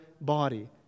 body